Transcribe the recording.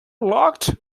locked